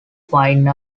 fine